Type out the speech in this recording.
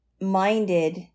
minded